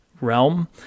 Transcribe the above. realm